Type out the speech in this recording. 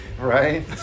Right